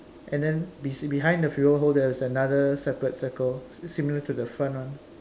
and then be~ behind the fuel hole there's another separate circle similar to the front one